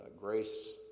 Grace